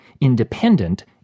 independent